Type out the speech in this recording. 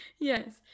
yes